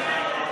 20)